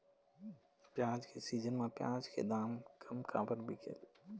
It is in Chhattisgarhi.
प्याज के सीजन म प्याज के दाम कम काबर बिकेल?